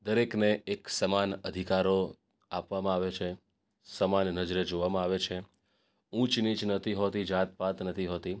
દરેકને એક સમાન અધિકારો આપવામાં આવે છે સમાન નજરે જોવામાં આવે છે ઊંચ નીચ નથી હોતી જાત પાત નથી હોતી